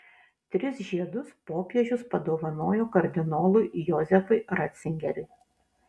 tris žiedus popiežius padovanojo kardinolui jozefui ratzingeriui